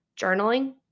journaling